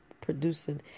producing